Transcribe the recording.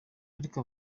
ariko